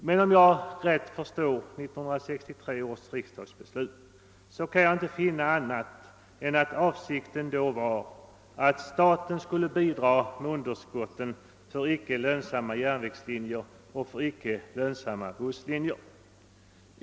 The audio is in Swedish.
Men om jag förstår 1963 års riksdagsbeslut rätt, kan jag inte finna annat än att avsikten var att staten skulle bidra till täckandet av underskotten för icke lönsamma järnvägslinjer och busslinjer.